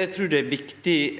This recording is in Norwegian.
Eg trur det er vik- tig